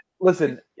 Listen